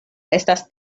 estas